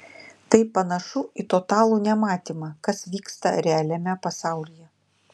tai panašu į totalų nematymą kas vyksta realiame pasaulyje